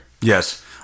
Yes